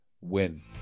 win